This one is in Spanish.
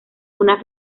una